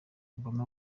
obama